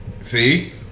See